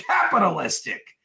capitalistic